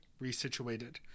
resituated